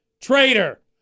Traitor